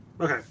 Okay